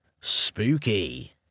Spooky